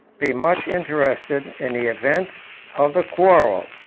be much interested in the event of the quarrel.